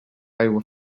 aigua